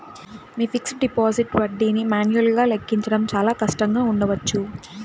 మీ fixed deposit వడ్డీని మాన్యువల్గా లెక్కించడం చాలా కష్టంగా ఉండవచ్చు